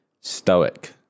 Stoic